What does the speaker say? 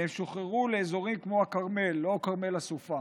והם שוחררו לאזורים כמו הכרמל, לא כרמל הסופה.